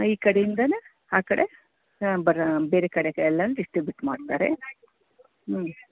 ಈ ಕಡೆಯಿಂದಲೂ ಆ ಕಡೆ ಬರಾ ಬೇರೆ ಕಡೆಗೆ ಎಲ್ಲನೂ ಡಿಸ್ಟ್ರಿಬ್ಯೂಟ್ ಮಾಡ್ತಾರೆ ಹ್ಞೂ